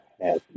happy